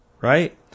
right